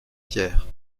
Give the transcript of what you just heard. pierre